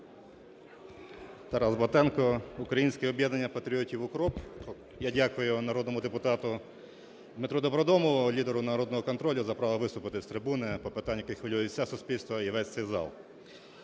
Тарас Батенко, "Українське об'єднання патріотів – УКРОП". Я дякую народному депутату Дмитру Добродомову, лідеру "Народного контролю" за право виступити з трибуни по питанню, яке хвилює все суспільству і весь цей зал.